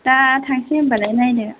दा थांसै होनबालाय नायनो